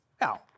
Now